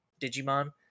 Digimon